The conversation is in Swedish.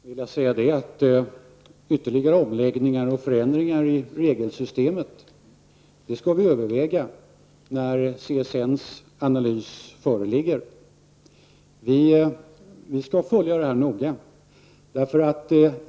Herr talman! Vi skall överväga ytterligare omläggningar av och förändringar i regelsystemet i fråga om studiehjälpen när CSNs analys föreligger. Vi skall följa detta noga.